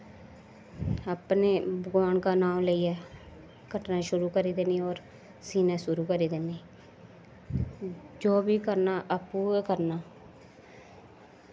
अपने भगवान दा नांऽ लेइयै कट्टना लग्गी पौंन्नी और सीने शुरु करी दिन्नी जो बी करना आपूं गै करना